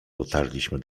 dotarliśmy